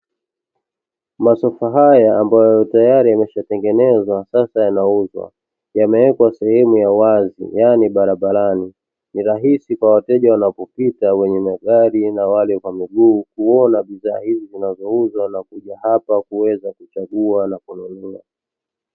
Masofa haya ambayo tayari yamekwisha tengenezwa na sasa yanauzwa, yamewekwa sehemu ya wazi yaani barabara ni rahisi kwa wateja wanaopita na wale wa miguu kuona bidhaa hizi zinazouzwa na kuja hapa na kuweza kuchagua na kununua.